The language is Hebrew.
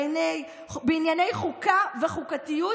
בענייני חוקה וחוקתיות,